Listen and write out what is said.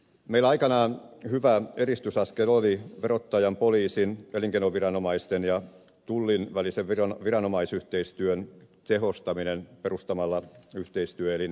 meillä aikanaan hyvä edistysaskel oli verottajan poliisin elinkeinoviranomaisten ja tullin välisen viranomaisyhteistyön tehostaminen perustamalla yhteistyöelin virke